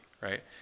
Right